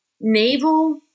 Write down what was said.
Naval